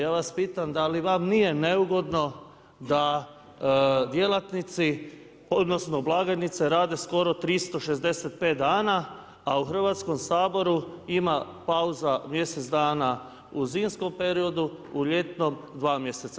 Ja vas pitam da li vam nije neugodno da djelatnici odnosno blagajnice rade skoro 365 dana a u Hrvatskom saboru pauza mjesec dana u zimskom periodu, u ljetnom dva mjeseca?